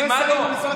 שני שרים במשרד האוצר.